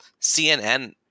CNN